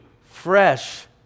fresh